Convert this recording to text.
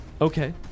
Okay